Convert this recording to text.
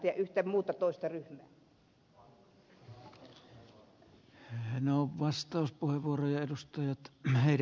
en minä ainakaan tiedä yhtään muuta toista ryhmää